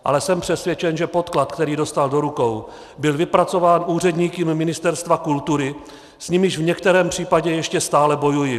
Ale jsem přesvědčen, že podklad, který dostal do rukou, byl vypracován úředníky Ministerstva kultury, s nimiž v některém případě ještě stále bojuji.